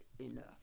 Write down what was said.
enough